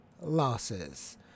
losses